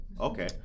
Okay